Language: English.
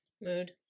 Mood